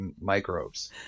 microbes